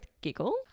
giggle